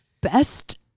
best